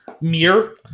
mirror